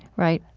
right?